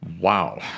Wow